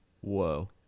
Whoa